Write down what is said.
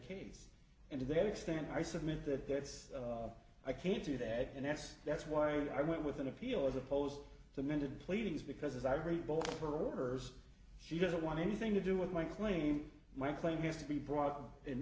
case and to the extent i submit that this i can't do that and that's that's why i went with an appeal as opposed to amended pleadings because as i read both her or hers she doesn't want anything to do with my claim my claim is to be brought in